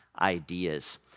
ideas